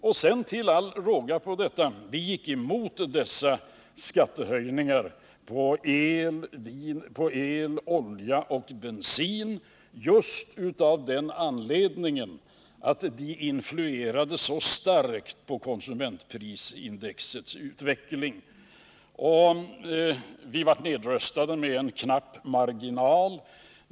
Vi socialdemokrater gick emot dessa skattehöjningar på el, olja och bensin just av den anledningen att de så starkt influerade på konsumentprisindexets utveckling. Vi blev nedröstade med knapp marginal.